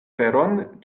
feron